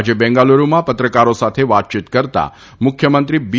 આજે બેંગાલુરૂમાં પત્રકારો સાથે વાતચીત કરતાં મુખ્યમંત્રી બી